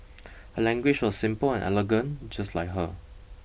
her language was simple and elegant just like her